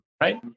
right